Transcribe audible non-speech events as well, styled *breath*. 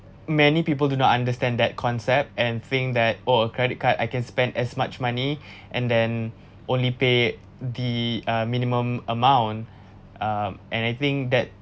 many people do not understand that concept and think that oh a credit card I can spend as much money *breath* and then only pay the a minimum amount uh and I think that